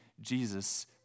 Jesus